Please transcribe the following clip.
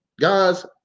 guys